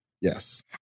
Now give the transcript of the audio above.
Yes